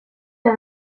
der